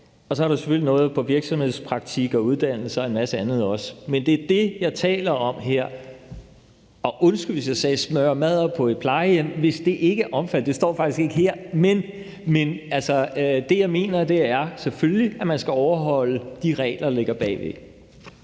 og så er der selvfølgelig noget i forhold til virksomhedspraktik og uddannelse og en masse andet også. Det er det, jeg taler om her, og jeg undskylder, hvis jeg sagde smøre madder på et plejehjem, hvis det ikke er omfattet. Det står faktisk ikke her, men det, jeg mener, er selvfølgelig, at man skal overholde de regler, der ligger bagved.